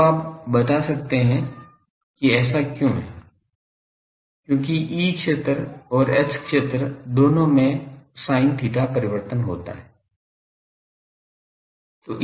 तो अब आप बता सकते हैं कि ऐसा क्यों है क्योंकि E क्षेत्र और H क्षेत्र दोनों में sin theta परिवर्तन होता है